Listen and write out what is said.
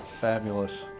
Fabulous